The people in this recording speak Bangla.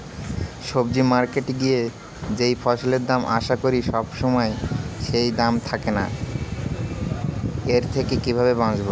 সবজি মার্কেটে গিয়ে যেই ফসলের দাম আশা করি সবসময় সেই দাম থাকে না এর থেকে কিভাবে বাঁচাবো?